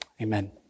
Amen